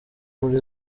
muri